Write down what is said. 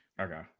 Okay